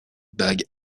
bag